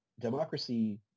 democracy